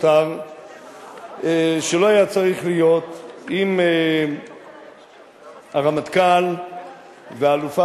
שלא היה צריך להיות אם הרמטכ"ל והאלופה